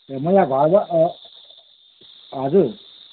ए मलाई घरमा हजुर